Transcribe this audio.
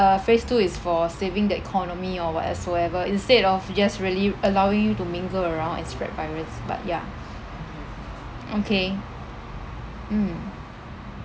the phase two is for saving the economy or what uh soever instead of just really allowing you to mingle around and spread virus but ya okay mm